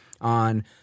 on